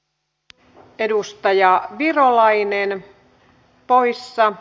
mtkn edustaja virolainen on parissa